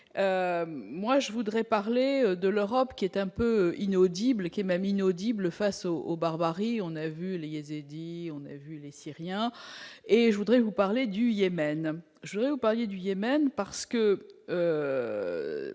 moi je voudrais. Parler de l'Europe, qui est un peu inaudibles Kemal inaudible face au au barbarie, on a vu le Yézédis on a vu les Syriens et je voudrais vous parler du Yémen, je vais vous parliez du Yémen, parce que